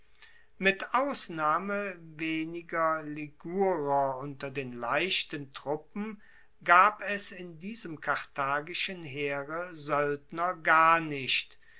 mit ausnahme weniger ligurer unter den leichten truppen gab es in diesem karthagischen heere soeldner gar nicht